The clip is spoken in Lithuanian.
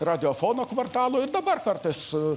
radiofono kvartalu ir dabar kartais